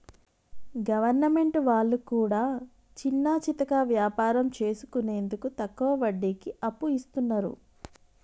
government వాళ్లు కూడా చిన్నాచితక వ్యాపారం చేసుకునేందుకు తక్కువ వడ్డీకి అప్పు ఇస్తున్నరు